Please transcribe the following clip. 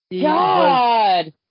God